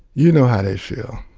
you know how they feel.